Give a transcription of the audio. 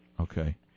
Okay